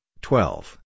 twelve